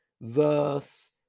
verse